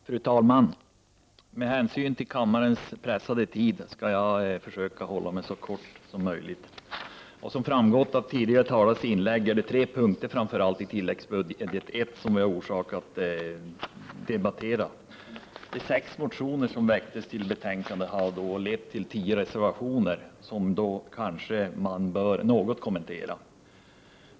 Fru talman! Med hänsyn till kammarens pressade tidsschema skall jag försöka hålla mitt anförande så kort som möjligt. Som har framgått av tidigare talares inlägg är det framför allt tre punkter i tilläggsbudget I som vi har anledning att debattera. De sex motioner som behandlas i betänkandet har givit upphov till tio reservationer, som kanske något bör kommenteras.